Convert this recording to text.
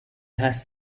has